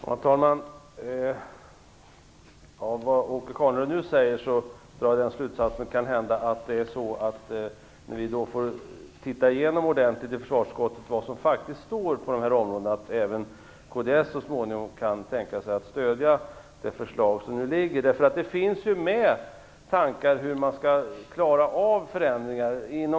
Herr talman! Av vad Åke Carnerö nu säger drar jag slutsatsen att det kanhända att även kds så småningom kan tänka sig att stödja det förslag som nu föreligger, när vi i försvarsutskottet får titta igenom ordentligt vad som faktiskt står på de här områdena. Det finns ju med tankar om hur man skall klara av förändringar.